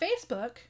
Facebook